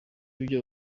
ibyo